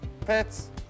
Pets